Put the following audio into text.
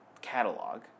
catalog